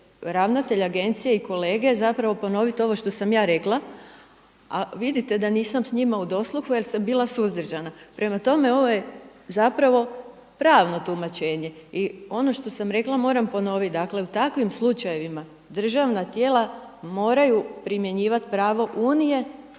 ravnatelj agencije i kolege zapravo ponoviti ovo što sam ja rekla a vidite da nisam sa njima u dosluhu jer sam bila suzdržana. Prema tome, ovo je zapravo pravno tumačenje. I ono što sam rekla moram ponoviti. Dakle, u takvim slučajevima državna tijela moraju primjenjivati pravo Unije